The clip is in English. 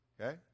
okay